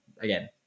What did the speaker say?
again